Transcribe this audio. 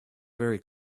very